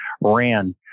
ran